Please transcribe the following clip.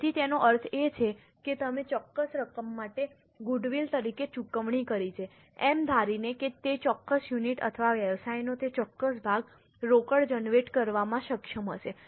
તેથી તેનો અર્થ એ છે કે તમે ચોક્કસ રકમ માટે ગુડવિલ તરીકે ચૂકવણી કરી છે એમ ધારીને કે તે ચોક્કસ યુનિટ અથવા વ્યવસાયનો તે ચોક્કસ ભાગ રોકડ જનરેટ કરવામાં સક્ષમ હશે